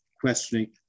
questioning